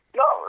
no